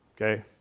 Okay